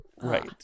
Right